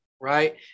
right